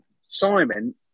Simon